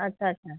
ଆଚ୍ଛା ଆଚ୍ଛା